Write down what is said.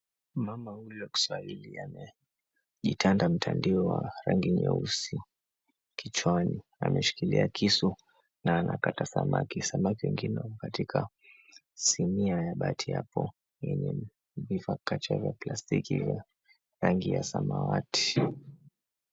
Mama huyo wa Kiswahili ameitanda mtandio wa rangi nyeusi kichwani. Ameshikilia kisu na anakata samaki. Samaki wengine wamo katika sinia ya bati hapo yenye mivikacha vya plastiki rangi ya samawati.